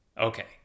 Okay